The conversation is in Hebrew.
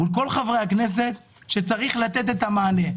מול כל חברי הכנסת שצריך לתת מענה,